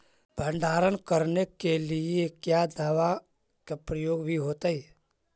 भंडारन करने के लिय क्या दाबा के प्रयोग भी होयतय?